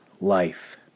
life